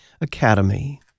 Academy